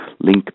link